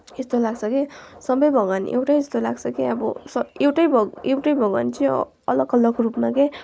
यस्तो लाग्छ के सबै भगवान एउटै जस्तो लाग्छ के अब एउटै भगवान एउटै भगवान चाहिँ अलग अलग रूपमा के